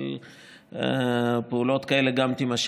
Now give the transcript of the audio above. אבל פעולות כאלה גם תימשכנה.